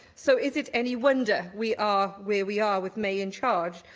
so, is it any wonder we are where we are with may in charge?